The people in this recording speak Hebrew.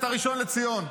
את הראשון לציון.